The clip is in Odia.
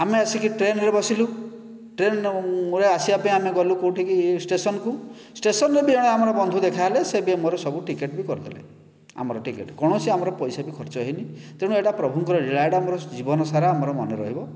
ଆମେ ଆସିକି ଟ୍ରେନରେ ବସିଲୁ ଟ୍ରେନରେ ଆସିବା ପାଇଁ ଆମେ ଗଲୁ କେଉଁଠିକି ଷ୍ଟେସନ୍ କୁ ଷ୍ଟେସନ୍ ରେ ବି ଆମର ଜଣେ ବନ୍ଧୁ ଦେଖାହେଲେ ସେ ବି ମୋର ସବୁ ଟିକେଟ ବି କରିଦେଲେ ଆମର ଟିକେଟ କୌଣସି ଆମର ପଇସା ବି ଖର୍ଚ୍ଚ ହୋଇନି ତେଣୁ ଏଇଟା ପ୍ରଭୁଙ୍କର ଲୀଳା ଏହିଟା ମୋର ଜୀବନ ସାରା ମୋର ମନେରହିବ